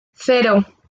cero